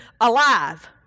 alive